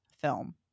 film